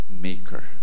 maker